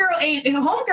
Homegirl